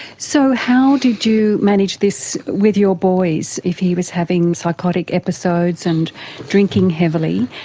so how did you manage this with your boys, if he was having psychotic episodes and drinking heavily?